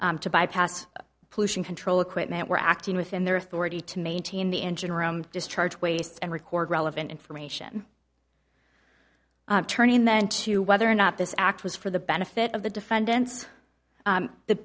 hose to bypass pollution control equipment were acting within their authority to maintain the engine room discharge waste and record relevant information turning then to whether or not this act was for the benefit of the defendants